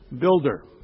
builder